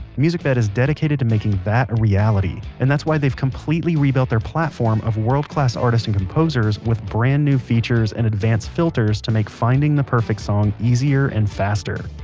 musicbed is dedicated to making that a reality. and that's why they've completely rebuilt their platform of world-class artists and composers with brand-new features and advanced filters to make finding the perfect song easier and faster.